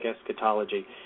eschatology